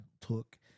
took